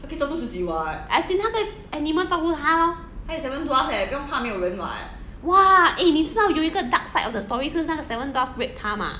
as in 她可以 animal 照顾她 lor !wah! eh 你知道有一个 dark side of the story 是那个 seven dwarfs rape 她吗